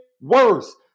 worse